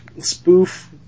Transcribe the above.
spoof